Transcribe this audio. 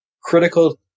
critical